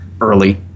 early